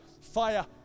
fire